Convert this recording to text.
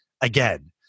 again